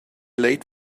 late